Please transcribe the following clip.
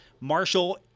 Marshall